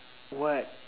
what